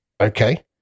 Okay